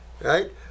right